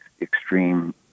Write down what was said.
extreme